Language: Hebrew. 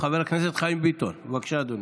חבר הכנסת חיים ביטון, בבקשה, אדוני.